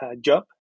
job